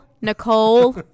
Nicole